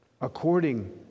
according